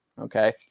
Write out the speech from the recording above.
okay